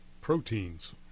proteins